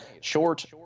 short